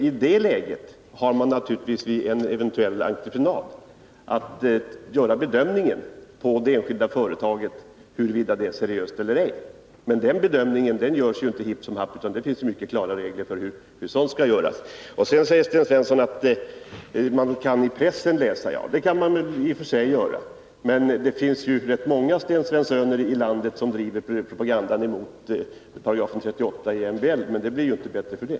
I det läget blir det naturligtvis vid en eventuell entreprenad aktuellt att bedöma huruvida det enskilda företaget är seriöst eller ej. Men den bedömningen görs inte hipp som happ, utan det finns mycket klara regler för hur en sådan bedömning skall göras. Sedan talar Sten Svensson om vad man kan läsa i pressen. Ja, det kan mani och för sig göra. Men det finns rätt många som Sten Svensson här i landet, som driver propaganda emot 38 § i MBL, men det blir inte bättre för det.